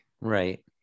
Right